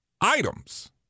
items